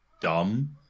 dumb